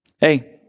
hey